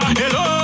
hello